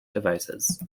devices